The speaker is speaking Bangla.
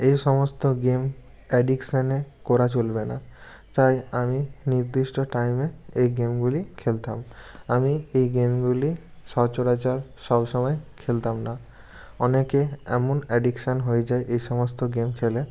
এই সমস্ত গেম অ্যাডিকশানে করা চলবে না তাই আমি নির্দিষ্ট টাইমে এই গেমগুলি খেলতাম আমি এই গেমগুলি সচরাচর সব সময় খেলতাম না অনেকে এমন অ্যডিকশান হয়ে যায় এই সমস্ত গেম খেলে